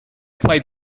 played